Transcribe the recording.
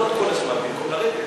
העומס עולה במקום לרדת.